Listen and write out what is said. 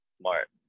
smart